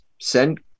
send